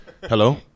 Hello